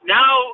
now